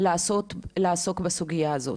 לעסוק בסוגיה הזאת.